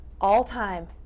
all-time